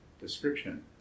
description